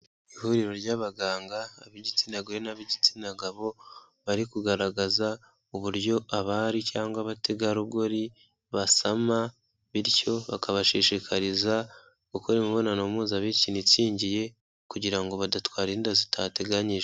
Ihuriro ry'abaganga, ab'igitsina gore n'ab'igitsina gabo, bari kugaragaza uburyo abari cyangwa abategarugori basama, bityo bakabashishikariza gukora imibonano mpuzabitsina ikingiye kugira ngo badatwara inda zitateganyijwe.